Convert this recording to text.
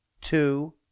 two